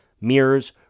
mirrors